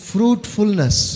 Fruitfulness